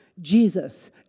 Jesus